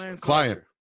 client